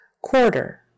Quarter